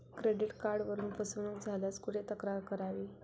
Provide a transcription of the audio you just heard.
Credit कार्डवरून फसवणूक झाल्यास कुठे तक्रार करावी?